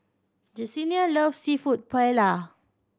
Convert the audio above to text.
Jesenia loves Seafood Paella